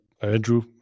Andrew